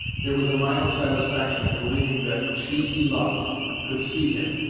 there was a mild satisfaction in believing that she he loved could see him,